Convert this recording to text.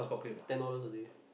ten dollars a day